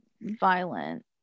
violent